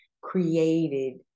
created